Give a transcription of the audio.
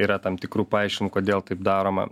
yra tam tikrų paaiškinimų kodėl taip daroma